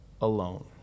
alone